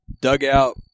dugout